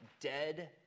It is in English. Dead